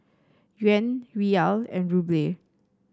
Yuan Riyal and Ruble